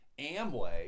Amway